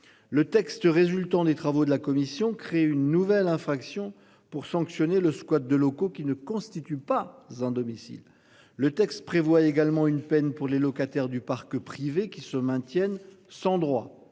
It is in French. Le texte résultant des travaux de la commission crée une nouvelle infraction pour sanctionner le squat de locaux qui ne constitue pas un domicile. Le texte prévoit également une peine pour les locataires du parc privé qui se maintiennent sans droit